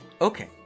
Okay